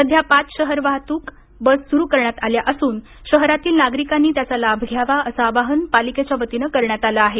सध्या पाच शहर वाहतूक बस सुरू करण्यात आल्या असून शहरातील नागरिकांनी त्याचा लाभ घ्यावा असं आवाहन पालिकेच्या वतीनं करण्यात आलं आहे